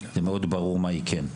זה מאוד ברור מה היא כן,